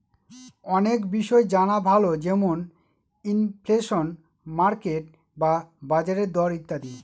অনেক বিষয় জানা ভালো যেমন ইনফ্লেশন, মার্কেট বা বাজারের দর ইত্যাদি